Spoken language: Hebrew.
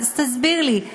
אז תסביר לי.